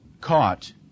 caught